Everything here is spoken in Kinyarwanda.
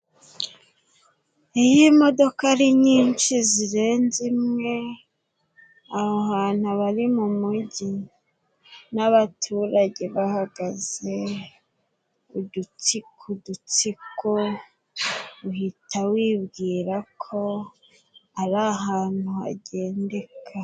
Iyo imodoka ari nyinshi zirenze imwe aho hantu aba ari mu mujyi. N'abaturage bahagaze udutsiko udutsiko, uhita wibwira ko ari ahantu hagendeka.